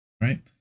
Right